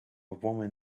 woman